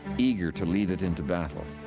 eager to lead it into battle.